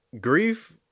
grief